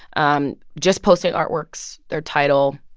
um just posted artworks, their title,